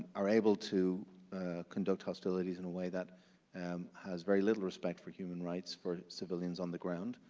are able to conduct hostilities in a way that and has very little respect for human rights, for civilians on the ground.